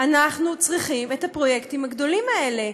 אנחנו צריכים את הפרויקטים הגדולים האלה,